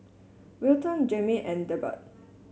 Wilton Jayme and Delbert